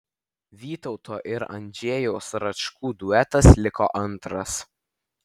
vytauto ir andžejaus račkų duetas liko antras